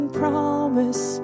promise